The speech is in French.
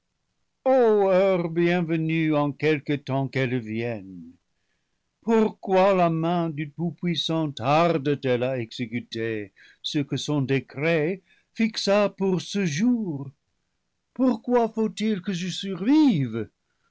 bienvenue en quelque temps qu'elle vienne pourquoi la main du tout-puissant tarde t elle à exécuter ce que son décret fixa pour ce jour pourquoi faut-il que je survive